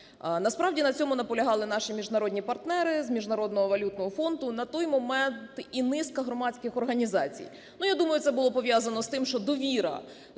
Насправді на цьому наполягали наші міжнародні партнери з Міжнародного валютного фонду. На той момент – і низка громадських організацій. Ну я думаю, це було пов’язано з тим, що довіра